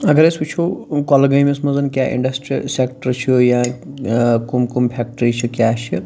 اگر أسۍ وُچھو ٲں کۄلگٲمِس منٛز کیٛاہ اِنڈَسٹرٛیَل سیٚکٹر چھُ یا ٲں کٕم کٕم فیٚکٹرٛی چھِ کیٛاہ چھِ